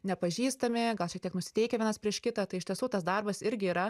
nepažįstami gal šiek tiek nusiteikę vienas prieš kitą tai iš tiesų tas darbas irgi yra